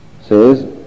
Says